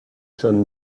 john